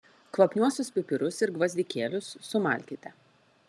kvapniuosius pipirus ir gvazdikėlius sumalkite